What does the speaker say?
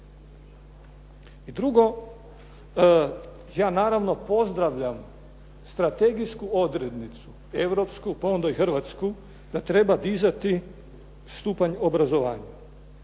I drugo, ja naravno pozdravljam strategijsku odrednicu europsku, pa onda i hrvatsku da treba dizati stupanj obrazovanja,